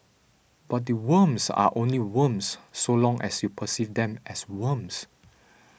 but the worms are only worms so long as you perceive them as worms